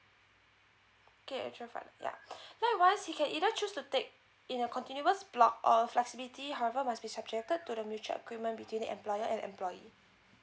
okay natural father ya likewise you can either choose to take in a continuous block of flexibility however must be subjected to the mutual agreement between the employer and the employee